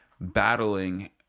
battling